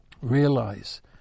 Realize